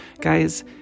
Guys